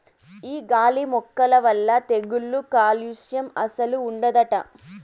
ఈ గాలి మొక్కల వల్ల తెగుళ్ళు కాలుస్యం అస్సలు ఉండదట